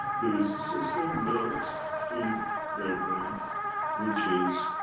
there is a system built in their brain which is